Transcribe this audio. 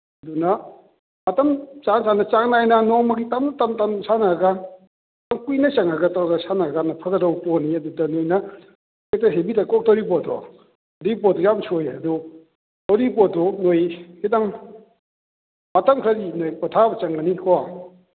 ꯑꯗꯨꯅ ꯃꯇꯝ ꯆꯥ ꯆꯥꯅ ꯆꯥꯡ ꯅꯥꯏꯅ ꯅꯣꯡꯃꯒꯤ ꯇꯞ ꯇꯞ ꯇꯞ ꯁꯥꯟꯅꯔꯒ ꯌꯥꯝ ꯀꯨꯏꯅ ꯆꯪꯉꯒ ꯇꯧꯔꯒ ꯁꯥꯟꯅꯔꯒ ꯐꯒꯗꯧ ꯄꯣꯠꯅꯤ ꯑꯗꯨꯗ ꯅꯣꯏꯅ ꯍꯦꯛꯇ ꯍꯦꯕꯤꯗ ꯀꯣꯛꯇꯣꯔꯤ ꯄꯣꯠꯇꯣ ꯑꯗꯨ ꯄꯣꯠꯇꯨ ꯌꯥꯝ ꯁꯣꯏꯌꯦ ꯑꯗꯨ ꯑꯗꯨꯒꯤ ꯄꯣꯠꯇꯨ ꯅꯣꯏ ꯈꯤꯇꯪ ꯃꯇꯝ ꯈꯔꯗꯤ ꯅꯣꯏ ꯄꯣꯊꯥꯕ ꯆꯪꯒꯅꯤꯀꯣ